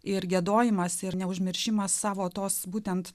ir giedojimas ir neužmiršimas savo tos būtent